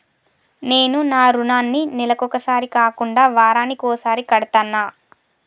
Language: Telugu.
నేను నా రుణాన్ని నెలకొకసారి కాకుండా వారానికోసారి కడ్తన్నా